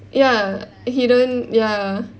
ya he don't ya